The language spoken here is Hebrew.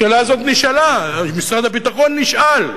השאלה הזאת נשאלה, משרד הביטחון נשאל,